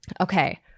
okay